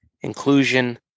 inclusion